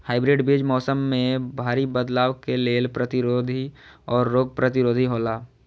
hybrid बीज मौसम में भारी बदलाव के लेल प्रतिरोधी और रोग प्रतिरोधी हौला